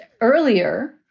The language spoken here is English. earlier